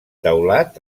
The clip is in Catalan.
teulat